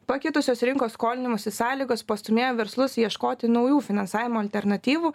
pakitusios rinkos skolinimosi sąlygos pastūmėjo verslus ieškoti naujų finansavimo alternatyvų